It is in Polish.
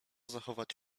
zachować